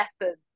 lessons